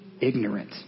ignorant